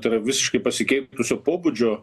tai visiškai pasikeitusiu pobūdžio